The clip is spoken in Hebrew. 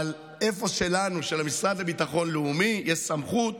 אבל איפה שלנו, למשרד לביטחון לאומי, יש סמכות,